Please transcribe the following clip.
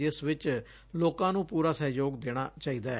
ਜਿਸ ਵਿਚ ਲੋਕਾਂ ਨੂੰ ਪੁਰਾ ਸਹਿਯੋਗ ਦੇਣਾ ਚਾਹੀਦੈ